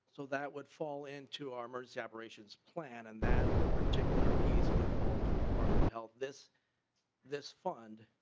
so that would fall into our emergency operations plan. and that particular piece would fall to the department of health this this fund.